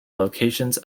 locations